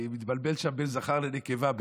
אני מתבלבל שם בין זכר לנקבה,